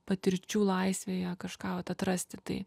patirčių laisvėje kažką vat atrasti tai